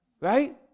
Right